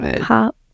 pop